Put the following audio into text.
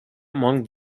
among